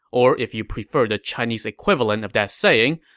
or if you prefer the chinese equivalent of that saying,